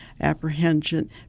apprehension